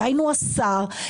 דהיינו השר,